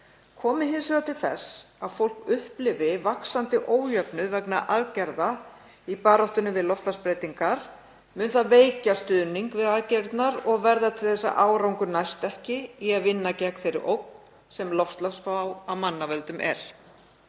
Komi hins vegar til þess að fólk upplifi vaxandi ójöfnuð vegna aðgerða í baráttunni við loftslagsbreytingar mun það veikja stuðning við aðgerðirnar og verða til þess að árangur næst ekki í að vinna gegn þeirri ógn sem loftslagsvá af manna völdum er.